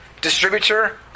distributor